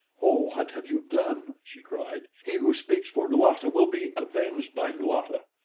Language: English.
oh, what have you done? she cried. he who speaks for luata will be avenged by luata.